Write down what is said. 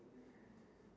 udon